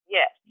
Yes